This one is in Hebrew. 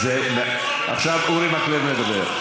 עכשיו אורי מקלב מדבר.